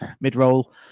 mid-roll